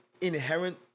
inherent